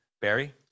Barry